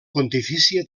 pontifícia